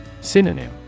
Synonym